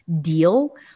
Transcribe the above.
deal